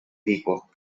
people